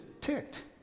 ticked